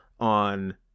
on